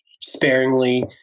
sparingly